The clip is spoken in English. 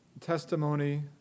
testimony